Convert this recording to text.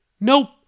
Nope